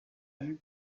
vue